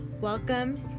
Welcome